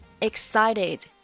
Excited